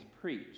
preach